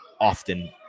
often